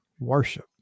Worship